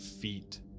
feet